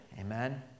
Amen